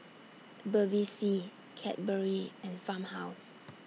Bevy C Cadbury and Farmhouse